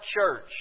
church